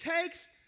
takes